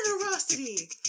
Generosity